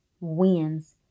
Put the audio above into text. wins